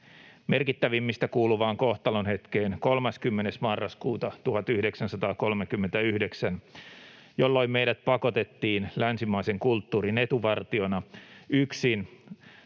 merkittävimmistä kuuluvaan kohtalonhetkeen 30. marraskuuta 1939, jolloin meidät pakotettiin länsimaisen kulttuurin etuvartiona yksin